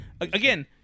Again